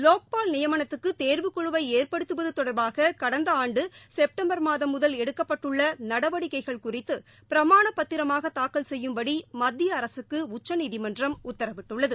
லோக்பால் நியமனத்துக்கு தேர்வுக்குழுவை ஏற்படுத்துவது தொடர்பாக கடந்த ஆண்டு செப்டம்பர் மாதம் முதல் எடுக்கப்பட்டுள்ள நடவடிக்கைகள் குறித்து பிரமாணப் பத்திரமாக தாக்கல் செய்யும்படி மத்திய அரசுக்கு உச்சநீதிமன்றம் உத்தரவிட்டுள்ளது